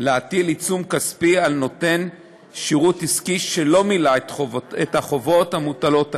להטיל עיצום כספי על נותן שירות עסקי שלא מילא את החובות המוטלות עליו,